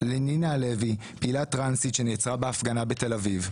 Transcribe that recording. לנינה הלוי פעילה טרנסית שנעצרה בהפגנה בתל אביב,